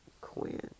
Quinn